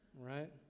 right